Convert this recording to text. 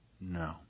No